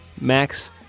Max